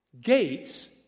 Gates